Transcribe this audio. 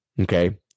okay